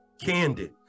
Candid